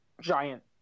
giant